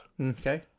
Okay